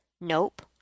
Nope